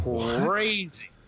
crazy